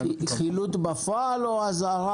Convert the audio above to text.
חילוט בפועל או אזהרה?